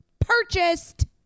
purchased